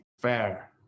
fair